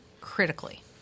critically